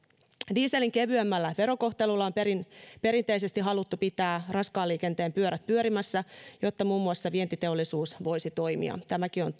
dieselin kevyemmällä verokohtelulla on perinteisesti haluttu pitää raskaan liikenteen pyörät pyörimässä jotta muun muassa vientiteollisuus voisi toimia tämäkin on